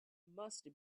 must